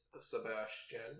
Sebastian